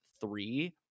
three